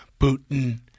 Putin